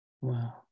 Wow